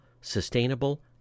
sustainable